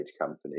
company